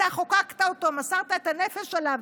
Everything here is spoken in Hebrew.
אתה חוקקת אותו, מסרת את הנפש עליו.